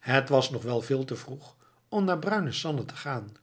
het was nog wel veel te vroeg om naar bruine sanne te gaan